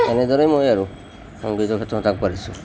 তেনেদৰেই মই আৰু সংগীতৰ ক্ষেত্ৰত আগবাঢ়িছোঁ